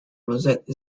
rosette